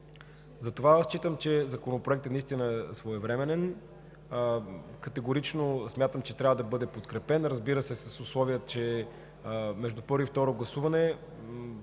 град София. Считам, че Законопроектът е своевременен. Категорично смятам, че трябва да бъде подкрепен, разбира се, с условие, че между първо и второ гласуване,